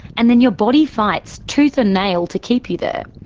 and then your body fights tooth and nail to keep you there.